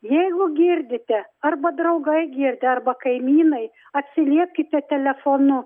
jeigu girdite arba draugai girdi arba kaimynai atsiliepkite telefonu